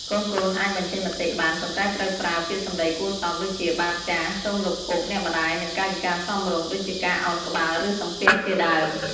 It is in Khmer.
កូនៗអាចបញ្ចេញមតិបាន ប៉ុន្តែត្រូវប្រើ ពាក្យសម្ដីគួរសម ដូចជា បាទ/ចាស៎ សូមលោកពុកអ្នកម្ដាយ និង កាយវិការសមរម្យ ដូចជាការឱនក្បាល ឬសំពះជាដើម។